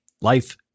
life